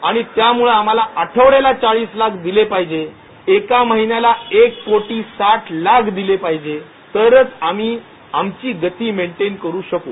आणि त्यामुळे आम्हाला आठवड्याला चाळीस लाख दिले पाहिजे एका महिन्याला एक कोटी साठ लाख दिले पाहिजे तरच आम्ही आमची गती मेंटेन करू शकू